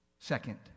Second